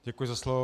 Děkuji za slovo.